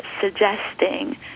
Suggesting